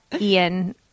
ian